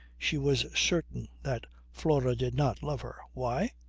she was certain that flora did not love her. why?